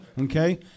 Okay